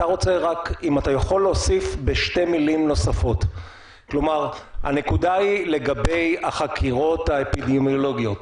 אם אתה יכול להוסיף בשתי מילים נוספות לגבי החקירות האפידמיולוגיות.